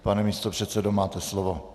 Pane místopředsedo, máte slovo.